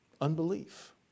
unbelief